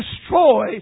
destroy